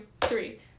three